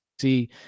see